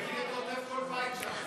כל בית שם.